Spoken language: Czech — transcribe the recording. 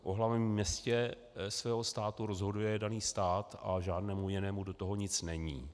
O hlavním městě svého státu rozhoduje daný stát a žádnému jinému do toho nic není.